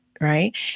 right